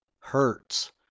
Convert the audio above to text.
hurts